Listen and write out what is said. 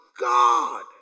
God